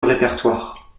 répertoire